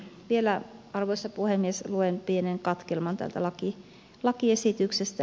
vielä arvoisa puhemies luen pienen katkelman täältä lakiesityksestä